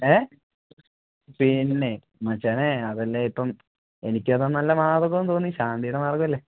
ഏ പിന്നെ മച്ചാനെ അതല്ലേ ഇപ്പം എനിക്കതാ നല്ല മാർഗം എന്ന് തോന്നി ശാന്തിയുടെ മാർഗ്ഗമല്ലേ